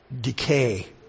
decay